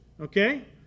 okay